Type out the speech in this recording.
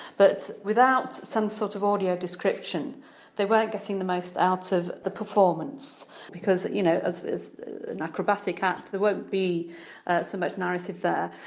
but without some sort of audio-description they weren't getting the most out of the performance because you know as as an acrobat like act there won't be so much narrative there.